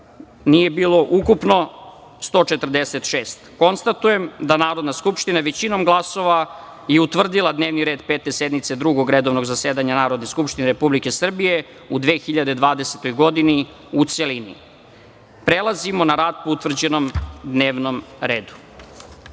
narodnih poslanika. Konstatujem da je Narodna skupština većinom glasova utvrdila dnevni red Pete sednice Drugog redovnog zasedanja Narodne skupštine Republike Srbije u 2021. godini, u celini. Prelazimo na rad po utvrđenom dnevnom redu. Pre